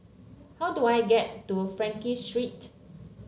how do I get to Frankel Street